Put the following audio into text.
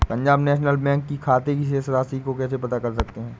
Punjab National Bank में खाते की शेष राशि को कैसे पता कर सकते हैं?